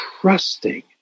trusting